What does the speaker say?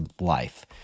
life